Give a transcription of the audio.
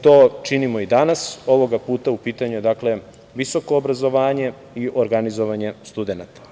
To činimo i danas, ovoga puta u pitanju je, dakle, visoko obrazovanje i organizovanje studenata.